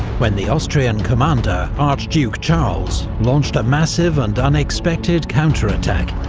when the austrian commander, archduke charles, launched a massive and unexpected counterattack,